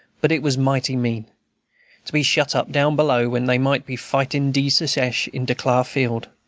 but it was mighty mean to be shut up down below, when they might be fightin' de secesh in de clar field.